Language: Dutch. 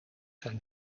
zijn